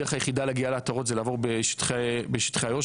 הדרך היחידה להגיע לעטרות זה לעבור בשטחי איו"ש